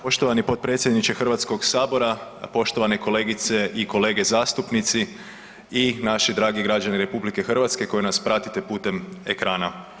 Poštovani potpredsjedniče Hrvatskog sabora, poštovane kolegice i kolege zastupnici i naši dragi građani RH koji nas pratite putem ekrana.